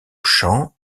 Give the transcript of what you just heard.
chant